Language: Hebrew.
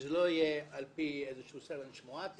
שזה לא יהיה על פי רב סרן שמועתי,